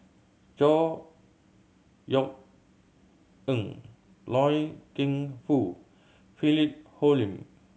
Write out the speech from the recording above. Chor Yeok Eng Loy Keng Foo Philip Hoalim